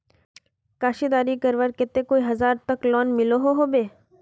कशीदाकारी करवार केते कई हजार तक लोन मिलोहो होबे?